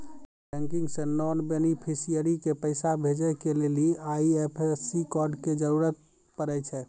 net banking से non beneficiary के पैसा भेजै के लेली आई.एफ.एस.सी कोड के जरूरत पड़ै छै